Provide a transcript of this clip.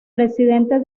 presidente